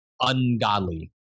ungodly